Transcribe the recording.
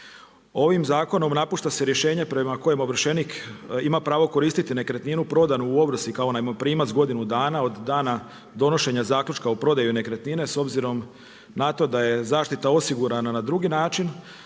Ovim zakonom napušta se rješenja prema kojem ovršenik ima pravo koristiti nekretninu prodanu u ovrsi kao najmoprimac godinu dana, od dana donošenja zaključka o prodaji nekretnine, s obzirom na to da je zaštita osigurana na dugi način,